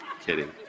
Kidding